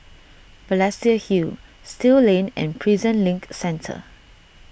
Balestier Hill Still Lane and Prison Link Centre